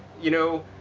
you know,